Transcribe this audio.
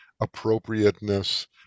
appropriateness